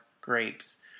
grapes